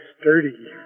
sturdy